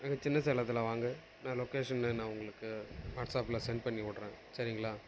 அங்கே சின்ன சேலத்தில் வாங்க நான் லொக்கேஷன்னு நான் உங்களுக்கு வாட்ஸாப்பில் சென்ட் பண்ணிவிட்றேன் சரிங்களா